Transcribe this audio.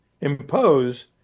impose